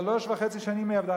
שלוש שנים וחצי היא עבדה,